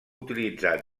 utilitzat